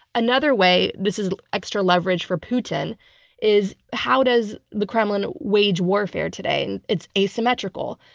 another way this is extra leverage for putin is how does the kremlin wage warfare today? and it's asymmetrical.